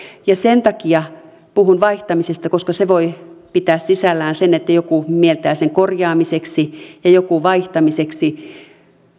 ja sen takia puhun vaihtamisesta koska se voi pitää sisällään sen että joku mieltää sen korjaamiseksi ja joku vaihtamiseksi